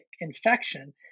infection